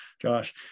Josh